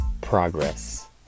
progress